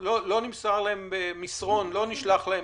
נשלח להם מסרון?